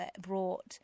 brought